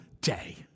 day